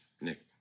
Nick